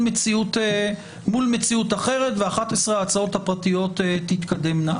מציאות אחרת ו-11 הצעות החוק הפרטיות תתקדמנה.